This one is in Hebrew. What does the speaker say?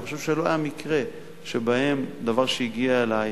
אני חושב שלא היה מקרה שבו דבר שהגיע אלי,